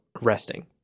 resting